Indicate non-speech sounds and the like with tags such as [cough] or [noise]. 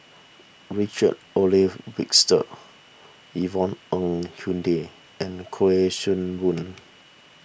Richard Olaf [unintelligible] Yvonne Ng Uhde and Kuik Swee Boon